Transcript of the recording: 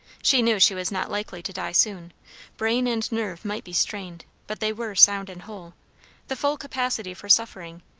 she knew she was not likely to die soon brain and nerve might be strained, but they were sound and whole the full capacity for suffering,